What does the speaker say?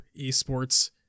Esports